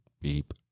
beep